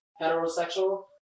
heterosexual